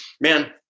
Man